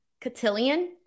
Cotillion